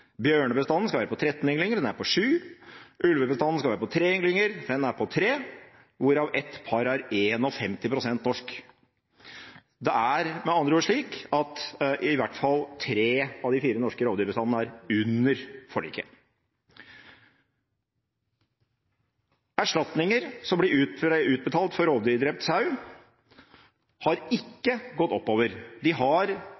Bjørnebestanden skal være på 13 ynglinger, den er på 7. Ulvebestanden skal være på 3 ynglinger, den er på 3, hvorav et par er 51 pst. norsk. Det er med andre ord slik at i hvert fall tre av de fire norske rovdyrbestandene er under forliket. Erstatninger som blir utbetalt for rovdyrdrept sau, har